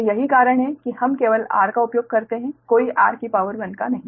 तो यही कारण है कि हम केवल r का उपयोग करते हैं लेकिन r का नहीं